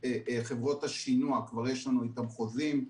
חברות השינוע כבר יש לנו איתן חוזים.